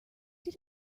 did